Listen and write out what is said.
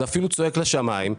זה אפילו צועק לשמיים,